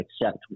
accept